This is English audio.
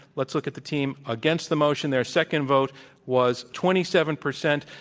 let's look at the team against the motion. their second vote was twenty seven percent,